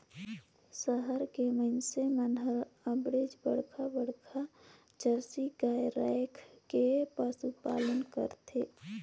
सहर के मइनसे मन हर अबड़ेच बड़खा बड़खा जरसी गाय रायख के पसुपालन करथे